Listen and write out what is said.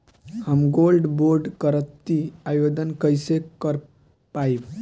हम gold bond करतिं आवेदन कइसे कर पाइब?